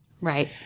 Right